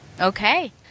Okay